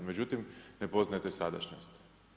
Međutim, ne poznajete sadašnjost.